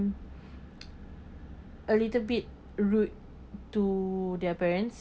a little bit rude to their parents